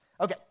Okay